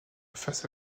face